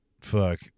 fuck